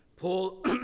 Paul